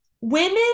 women